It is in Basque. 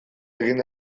egin